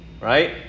right